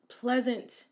pleasant